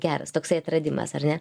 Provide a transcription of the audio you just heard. geras toksai atradimas ar ne